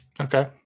Okay